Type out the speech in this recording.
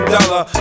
Dollar